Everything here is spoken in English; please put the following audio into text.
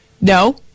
No